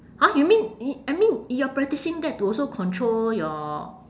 !huh! you mean i~ I mean you are practicing that to also control your